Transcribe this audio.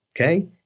okay